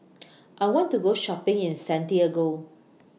I want to Go Shopping in Santiago